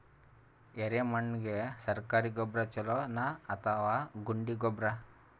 ಎರೆಮಣ್ ಗೆ ಸರ್ಕಾರಿ ಗೊಬ್ಬರ ಛೂಲೊ ನಾ ಅಥವಾ ಗುಂಡಿ ಗೊಬ್ಬರ?